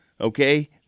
Okay